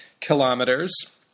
kilometers